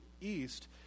East